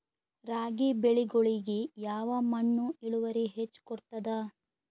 ರಾಗಿ ಬೆಳಿಗೊಳಿಗಿ ಯಾವ ಮಣ್ಣು ಇಳುವರಿ ಹೆಚ್ ಕೊಡ್ತದ?